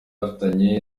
afitanye